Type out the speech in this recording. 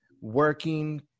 working